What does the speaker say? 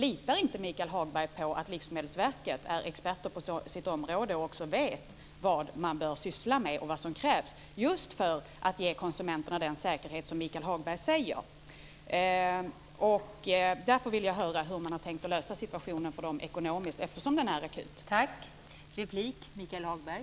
Litar inte Michael Hagberg på att Livsmedelsverket är expert på sitt område och vet vad det bör syssla med och vad som krävs just för att ge konsumenterna den säkerhet som Michael Hagberg talar om? Jag vill därför höra hur man kan tänkt att lösa den ekonomiska situationen för Livsmedelsverket, eftersom den är akut.